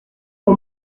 mon